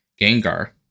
Gengar